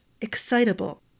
excitable